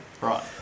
Right